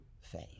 faith